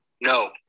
no